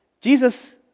Jesus